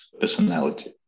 personality